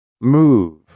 Move